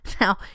Now